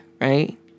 right